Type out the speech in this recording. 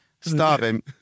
starving